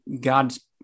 God's